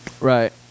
Right